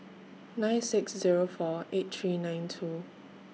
nine six Zero four eight three nine two